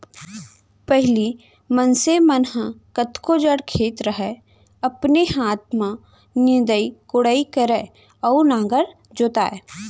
पहिली मनसे मन ह कतको जड़ खेत रहय अपने हाथ में निंदई कोड़ई करय अउ नांगर जोतय